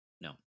No